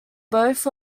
both